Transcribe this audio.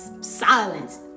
silence